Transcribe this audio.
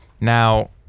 Now